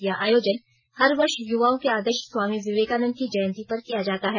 यह आयोजन हर वर्ष युवाओं के आदर्श स्वामी विवेकानन्द की जयंती पर किया जाता है